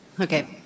Okay